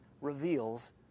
reveals